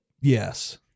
yes